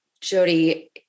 Jody